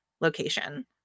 location